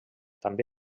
també